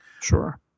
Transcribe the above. Sure